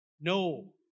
No